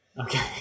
Okay